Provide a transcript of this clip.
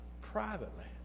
privately